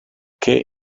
che